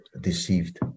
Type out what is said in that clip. deceived